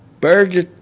Burger